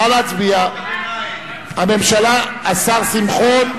השר שמחון,